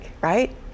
right